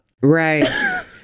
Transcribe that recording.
Right